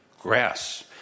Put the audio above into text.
grass